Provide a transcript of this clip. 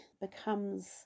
becomes